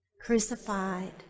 crucified